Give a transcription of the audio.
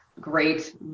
great